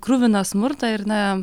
kruviną smurtą ir na